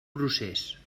procés